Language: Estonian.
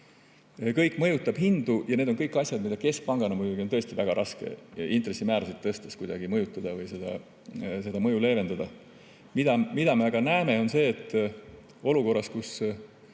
kõik mõjutab hindu ja need kõik on asjad, mida keskpangana on väga raske intressimäärasid tõstes kuidagi mõjutada või seda mõju leevendada. Mida me aga näeme, on see, et olukorras, kus